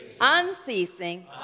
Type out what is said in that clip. unceasing